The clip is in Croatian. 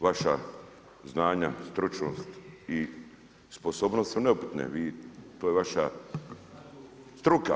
Vaša znanja, stručnost i sposobnost su neupitne, to je vaša struka.